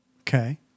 Okay